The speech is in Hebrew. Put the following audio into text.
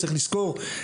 צריך לזכור,